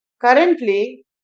Currently